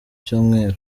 cyumweru